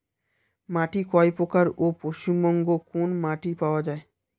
মাটি কয় প্রকার ও পশ্চিমবঙ্গ কোন মাটি পাওয়া য়ায়?